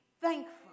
thankful